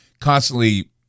Constantly